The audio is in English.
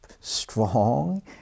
strong